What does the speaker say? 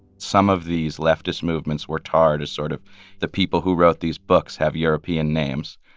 some of these leftist movements were tarred as sort of the people who wrote these books have european names.